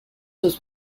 was